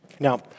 Now